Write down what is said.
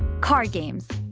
card games.